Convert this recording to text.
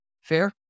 Fair